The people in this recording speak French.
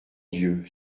dieu